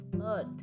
earth